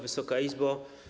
Wysoka Izbo!